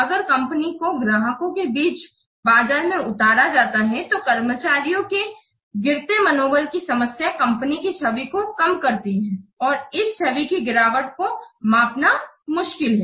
अगर कंपनी को ग्राहकों के बीच बाजार में उतारा जाता है तो कर्मचारियों के गिरते मनोबल की समस्या कंपनी की छवि को कम करती है और इस छवि कि गिरावट को मापना मुश्किल है